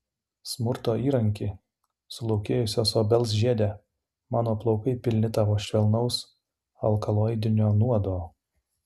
smurto įranki sulaukėjusios obels žiede mano plaukai pilni tavo švelnaus alkaloidinio nuodo